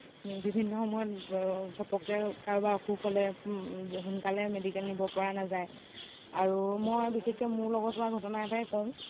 বিভিন্ন সময়ত ঘপকে কাৰোবাৰ অসুখ হ'লে সোনকালে মেডিকেল নিব পৰা নাযায় আৰু মই বিশেষকে মোৰ লগত হোৱা ঘটনা এটাই কওঁ